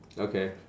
okay